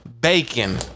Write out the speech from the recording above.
Bacon